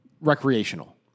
recreational